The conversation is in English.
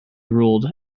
ruled